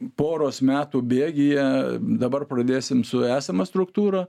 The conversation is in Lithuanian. poros metų bėgyje dabar pradėsim su esama struktūra